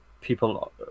people